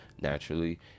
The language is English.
Naturally